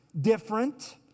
different